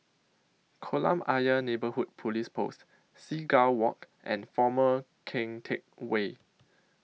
Kolam Ayer Neighbourhood Police Post Seagull Walk and Former Keng Teck Whay